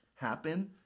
happen